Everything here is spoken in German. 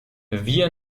wir